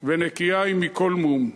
נקייה היא מכל מום.